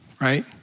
Right